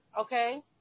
okay